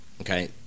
okay